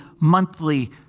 monthly